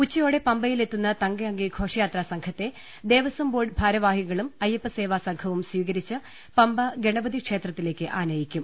ഉച്ചയോടെ പമ്പയിലെത്തുന്ന തങ്കഅങ്കി ഘോഷയാത്രാ സംഘത്തെ ദേവസ്വം ബോർഡ് ഭാര വാഹികളും അയ്യപ്പസേവാസംഘവും സ്വീകരിച്ച് പമ്പ ഗണപതി ക്ഷേത്രത്തിലേക്ക് ആനയിക്കും